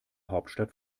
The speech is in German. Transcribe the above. hauptstadt